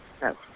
No